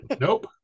nope